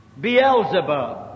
Beelzebub